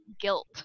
guilt